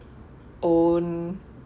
own